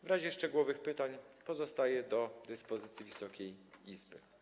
W razie szczegółowych pytań pozostaję do dyspozycji Wysokiej Izby.